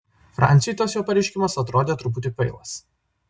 franciui tas jo pareiškimas atrodė truputį kvailas